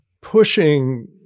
pushing